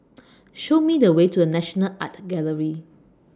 Show Me The Way to The National Art Gallery